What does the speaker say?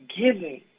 Giving